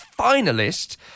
finalist